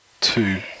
two